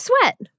sweat